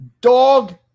dog